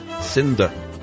cinder